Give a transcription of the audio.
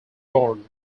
born